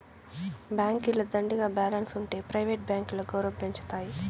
బాంకీల దండిగా బాలెన్స్ ఉంటె ప్రైవేట్ బాంకీల గౌరవం పెంచతాయి